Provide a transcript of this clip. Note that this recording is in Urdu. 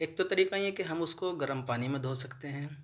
ایک تو طریقہ یہ ہیں کہ ہم اس کو گرم پانی میں دھو سکتے ہیں